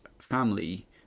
family